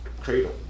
cradle